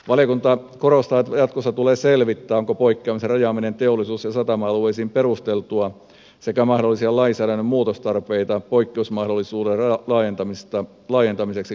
valiokunta korostaa että jatkossa tulee selvittää onko poikkeamisen rajaaminen teollisuus ja satama alueisiin perusteltua sekä mahdollisia lainsäädännön muutostarpeita poikkeusmahdollisuuden laajentamiseksi kaivos ja jätteenkäsittelyalueille